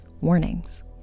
warnings